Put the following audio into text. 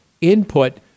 input